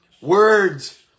Words